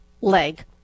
leg